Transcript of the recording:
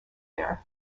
there